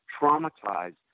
traumatized